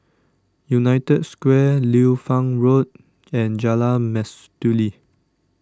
United Square Liu Fang Road and Jalan Mastuli